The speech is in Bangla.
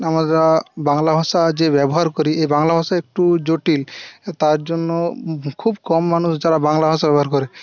আমরা বাংলা ভাষা যে ব্যবহার করি এই বাংলা ভাষা একটু জটিল তার জন্য খুব কম মানুষ যারা বাংলা ভাষা ব্যবহার করে